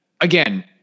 Again